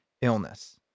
Illness